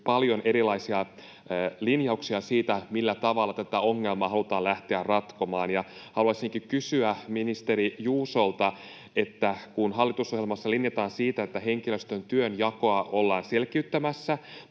paljon erilaisia linjauksia siitä, millä tavalla tätä ongelmaa halutaan lähteä ratkomaan. Haluaisinkin kysyä ministeri Juusolta: kun hallitusohjelmassa linjataan siitä, että henkilöstön työnjakoa ollaan selkiyttämässä